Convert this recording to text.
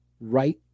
right